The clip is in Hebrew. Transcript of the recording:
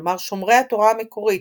כלומר שומרי התורה המקורית,